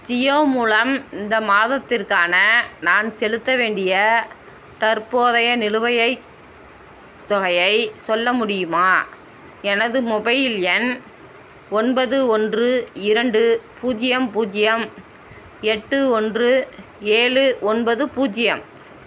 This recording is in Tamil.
ஜியோ மூலம் இந்த மாதத்திற்கான நான் செலுத்த வேண்டிய தற்போதைய நிலுவையைத் தொகையை சொல்ல முடியுமா எனது மொபைல் எண் ஒன்பது ஒன்று இரண்டு பூஜ்ஜியம் பூஜ்ஜியம் எட்டு ஒன்று ஏழு ஒன்பது பூஜ்ஜியம்